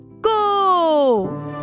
go